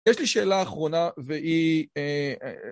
יש לי שאלה אחרונה, והיא...